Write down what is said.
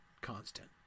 constant